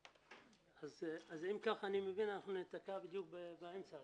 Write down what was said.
אז אם כך, אני מבין, אנחנו ניתקע בדיוק באמצע.